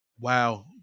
Wow